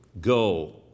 Go